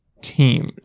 team